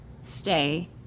stay